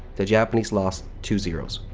the japanese lost two zeros.